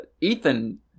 Ethan